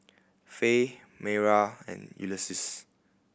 Fay Mayra and Ulysses